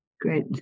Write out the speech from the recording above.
Great